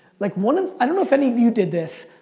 like, one of, i don't know if any of you did this,